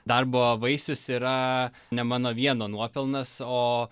darbo vaisius yra ne mano vieno nuopelnas o